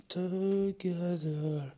together